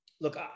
look